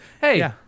Hey